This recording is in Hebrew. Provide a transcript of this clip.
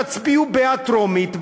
תצביעו בעד בטרומית,